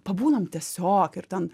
pabūnam tiesiog ir ten